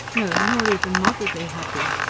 no, nor even moderately happy.